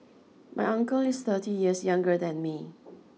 my uncle is thirty years younger than me